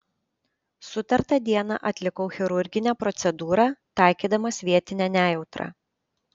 sutartą dieną atlikau chirurginę procedūrą taikydamas vietinę nejautrą